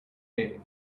day